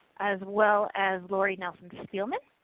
as well as lori nelson spielman.